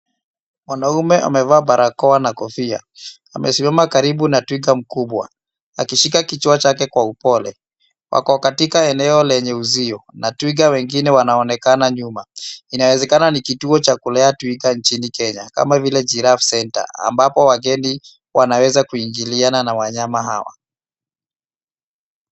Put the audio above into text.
Mwanaume amevaa barakoa na kofiia. Amesimama karibu na twiga mkubwa akishika kichwa chake kwa upole. Wako katika eneo la uzio na twiga wengine wanaonekana nyuma. Ina uwezekano ni kituo cha kulea twiga nchini Kenya kama vile giraffe center ambapo wageni wanaweza kuingiliana na wanyama hawa.